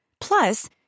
Plus